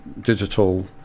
digital